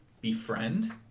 befriend